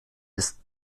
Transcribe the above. ist